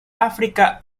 áfrica